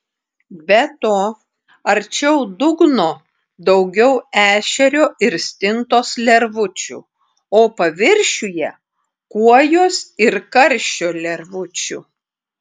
be to arčiau dugno daugiau ešerio ir stintos lervučių o paviršiuje kuojos ir karšio lervučių